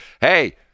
Hey